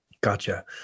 Gotcha